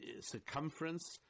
Circumference